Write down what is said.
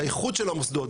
שהייחוד של המוסדות,